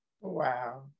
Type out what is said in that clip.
Wow